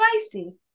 spicy